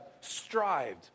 strived